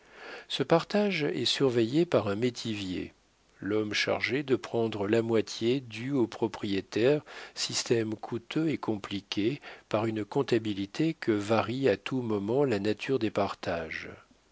ce partage est surveillé par un métivier l'homme chargé de prendre la moitié due au propriétaire système coûteux et compliqué par une comptabilité que varie à tout moment la nature des partages